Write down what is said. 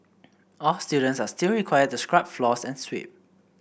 all students are still required to scrub floors and sweep